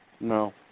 No